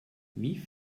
wie